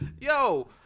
Yo